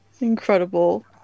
Incredible